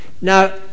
Now